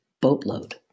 boatload